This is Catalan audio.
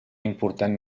important